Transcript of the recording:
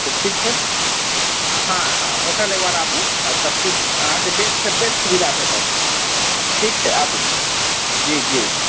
तऽ ठीक छै हँ हँ होटल एक बार आबू आ सब किछ अहाँके बेस्ट से बेस्ट सुविधा भेटत ठीक छै आबू जी जी